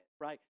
right